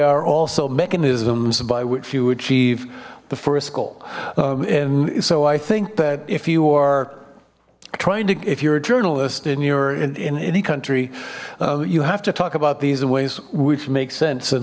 are also mechanisms by which you achieve the first goal and so i think that if you are trying to if you're a journalist and you're in any country you have to talk about these ways which makes sense and